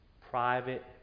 Private